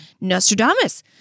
Nostradamus